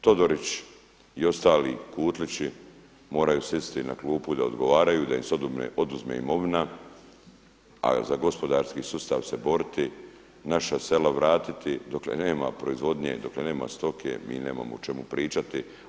Todorić i ostali kutlići moraju sjesti na klupu da odgovaraju da im se oduzme imovina, a za gospodarski sustav se boriti, naša sela vratiti dokle nema proizvodnje, dokle nema stoke mi nemamo o čemu pričati.